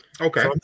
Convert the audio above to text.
Okay